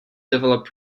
develop